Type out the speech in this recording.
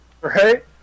Right